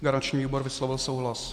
Garanční výbor vyslovil souhlas.